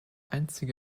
einzige